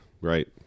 right